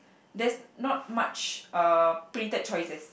there's not much uh printed choices